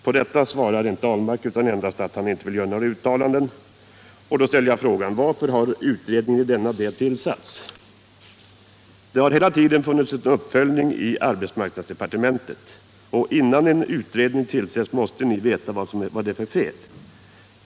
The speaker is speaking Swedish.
På detta svarar inte Per Ahlmark utan säger endast att han inte vill göra några uttalanden. Då ställer jag frågan: Varför har utredningen i denna del tillsatts? Det har hela tiden funnits en uppföljning i arbetsmarknadsdepartementet, och innan en utredning tillsätts måste man veta vad som är fel.